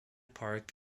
park